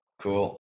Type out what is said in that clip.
Cool